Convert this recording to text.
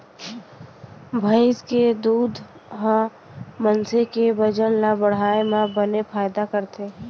भईंस के दूद ह मनसे के बजन ल बढ़ाए म बने फायदा करथे